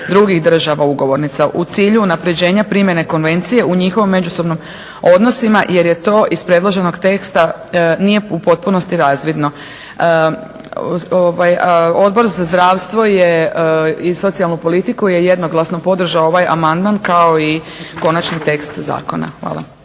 drugih država ugovornica u cilju unapređenja primjene Konvencije u njihovim međusobnim odnosima jer to iz predloženog teksta nije u potpunosti razvidno. Odbor za zdravstvo je i socijalnu politiku je jednoglasno podržao ovaj amandman kao i konačni tekst zakona. Hvala.